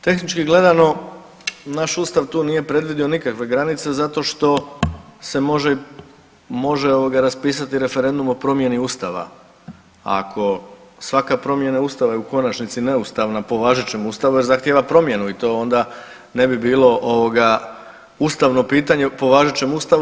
Tehnički gledano naš Ustav tu nije predvidio nikakve granice zato što se može, može ovoga raspisati referendum o promjeni Ustava, ako svaka promjena Ustava je u konačnici neustavna po važećem Ustavu jer zahtjeva promjenu i to onda ne bi bilo ustavno pitanje po važećem Ustavu.